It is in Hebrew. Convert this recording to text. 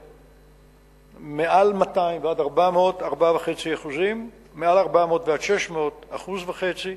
6%; 200 400 ש"ח, 4.5%; 400 600 ש"ח,